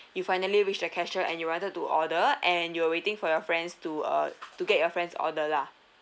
you finally reached the cashier and you wanted to order and you were waiting for your friends to uh to get your friends' order lah